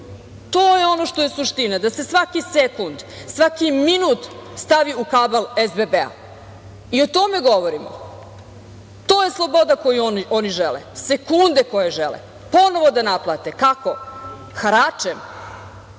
To je ono što je suština, da se svaki sekund, svaki minut stavi u kabl SBB. I o tome govorimo. To je sloboda koju oni žele, sekunde koje žele ponovo da naplate. Kako? Haračem.